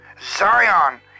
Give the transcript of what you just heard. Zion